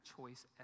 choice